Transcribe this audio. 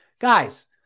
guys